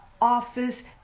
office